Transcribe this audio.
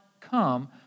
come